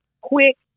quick